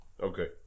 Okay